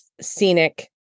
Scenic